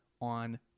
on